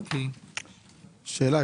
שאלה,